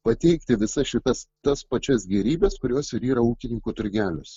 pateikti visą šitas tas pačias gėrybes kurios ir yra ūkininkų turgeliuose